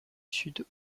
sud